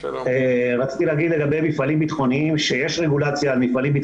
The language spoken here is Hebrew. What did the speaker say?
רציתי להגיד לגבי מפעלים ביטחוניים שיש רגולציה עליהם,